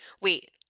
Wait